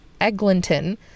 Eglinton